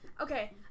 Okay